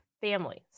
families